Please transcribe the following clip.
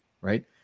Right